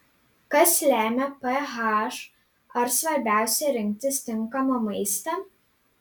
kas lemia ph ar svarbiausia rinktis tinkamą maistą